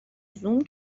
زوم